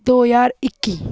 दो ज्हार इक्की